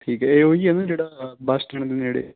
ਠੀਕ ਹੈ ਇਹ ਉਹੀ ਹੈ ਨਾ ਜਿਹੜਾ ਬਸ ਸਟੈਂਡ ਦੇ ਨੇੜੇ ਹੈ